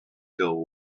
till